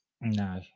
No